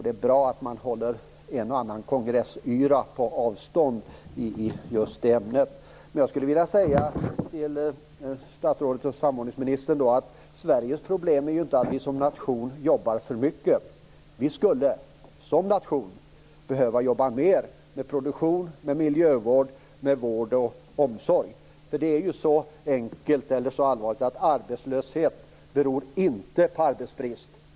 Det är bra att man håller en och annan kongressyra på avstånd när det gäller just det ämnet. Till statsrådet, och samordningsministern, vill jag säga att Sveriges problem inte är att vi som nation jobbar för mycket. Vi skulle, som nation, behöva jobba mer med produktion, miljövård, vård och omsorg. Det är ju så enkelt - eller allvarligt - att arbetslöshet inte beror på arbetsbrist.